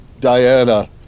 Diana